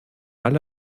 alle